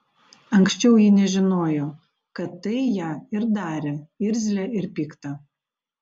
anksčiau ji nežinojo kad tai ją ir darė irzlią ir piktą